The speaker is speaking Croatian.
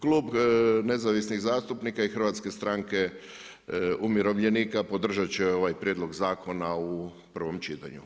Klub Nezavisnih zastupnika i Hrvatske stranke umirovljenika podržati će ovaj prijedlog zakona u prvom čitanju.